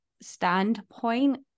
standpoint